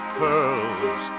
pearls